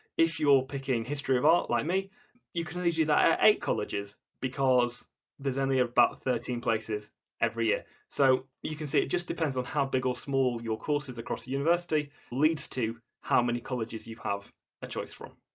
if you're picking history of art like me you can only do that eight colleges because there's only about thirteen places every year so you can see it just depends on how big or small your course is across the university leads to how many colleges you have a choice from.